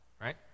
right